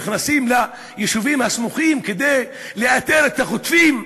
נכנסים ליישובים הסמוכים כדי לאתר את החוטפים.